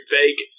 vague